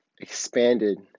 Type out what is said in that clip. expanded